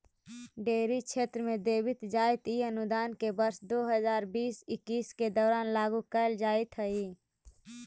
dairy क्षेत्र में देवित जाइत इ अनुदान के वर्ष दो हज़ार बीस इक्कीस के दौरान लागू कैल जाइत हइ